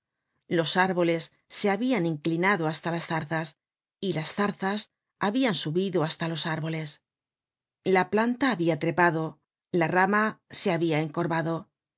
los árboles se habian inclinado hasta las zarzas y las zarzas habian subido hasta los árboles la planta habia trepado la rama se habia encorvado